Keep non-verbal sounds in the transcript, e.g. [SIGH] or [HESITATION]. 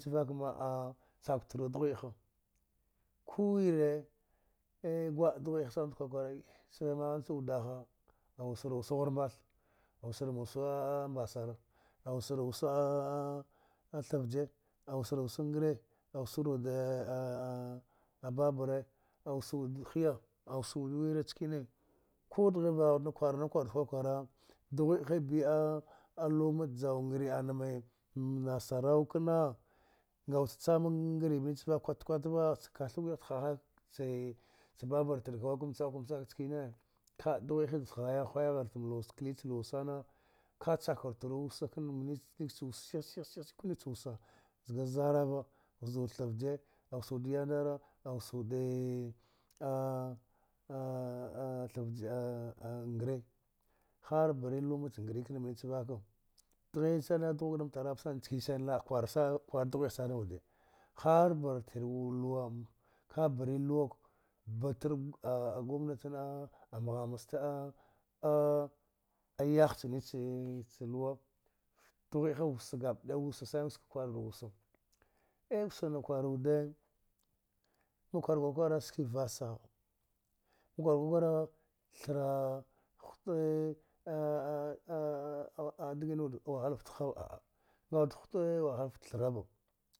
Vka mka chadura dughredegha, ku wire a gug dughwedegha, sani, sihu maha nckem wudha wusa was hrmbath, wusar waca mbasara, wusar wasa a thvdza a wasar wude ba baza, wasa wude hiya, a wasar wasa ngre, wasa uda wira, nick ku dighe, maha wuda kura kwara, kwa kwara dughwede bi a luma juw ngre ana am nassarawa kena a wuda a cma ngre kwata kwata, na kathu bwihi haya haya ce ce babra kawa ka njaku njaku, ne ka duhwede, saya gwya hara klece luwa sana, ka chatur wusa mine da wusa shi shi ka ncke ca wusa, zga zarara, thvdza, wusa yandari a wusca wude [HESITATION] ngre, har barya luma ci ngre mine cavka, dihine, dughaka da tazaba nckene sana laba, kur dughwedigha sana wude, har batare luwa ka bra luwa, batau governor kena a mahama zata a yahaya cene ca luwa, dugwide wusa gabadaya, wusa sana kur wusa. A wusa na kwara wude, ma kwara wude kwa kwa sili vala va, kwara ka kwa kur thire huta [HESITATION] digna a wahala ffe, va, a wude huta wahala fte thireva